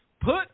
put